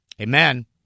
Amen